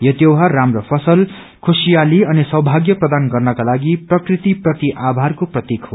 यो त्यौहार राम्रो फसल खुशियाली अनि सौभाग्य प्रदान गर्नका लागि प्रकृति प्रति आभारको प्रतीक हो